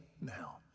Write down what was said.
now